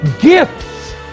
gifts